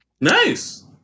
Nice